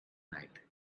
night